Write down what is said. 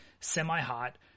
semi-hot